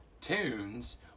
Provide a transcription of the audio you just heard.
tunes